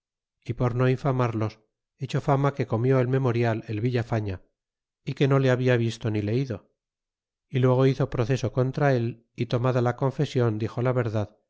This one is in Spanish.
é por no infamados echó fama que comió el memorial el villafaña y que no le habia visto ni leido luego hizo proceso contra él y tomada la confesion dixo la verdad